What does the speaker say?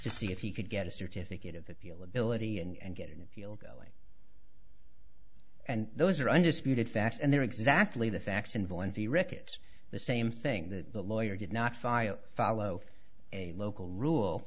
to see if he could get a certificate of appeal ability and get an appeal going and those are undisputed facts and they're exactly the facts and volunteer records the same thing the lawyer did not file follow a local rule